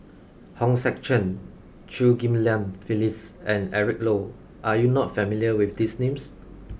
Hong Sek Chern Chew Ghim Lian Phyllis and Eric Low are you not familiar with these names